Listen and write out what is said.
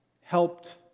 helped